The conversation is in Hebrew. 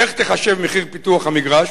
איך תחשב מחיר פיתוח המגרש?